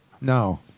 No